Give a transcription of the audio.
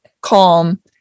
calm